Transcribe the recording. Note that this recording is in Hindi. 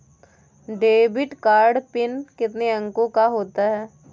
डेबिट कार्ड पिन कितने अंकों का होता है?